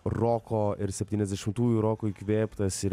roko ir septyniasdešimtųjų roko įkvėptas ir